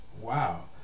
wow